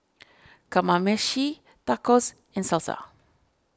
Kamameshi Tacos and Salsa